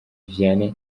vianney